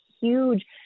huge